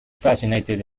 fascinated